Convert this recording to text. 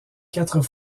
quatre